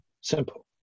simple